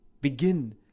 begin